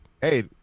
Hey